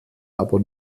aber